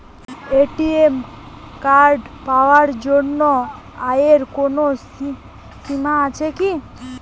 ATM card পাওয়ার জন্য আয়ের কোনো সীমা আছে কি?